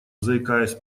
заикаясь